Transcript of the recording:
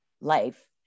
life